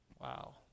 wow